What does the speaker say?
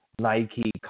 Nike